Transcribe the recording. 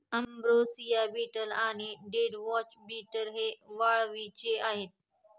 ambrosia beetle आणि deathwatch beetle हे वाळवीचे आहेत